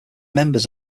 members